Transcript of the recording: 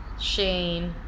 Shane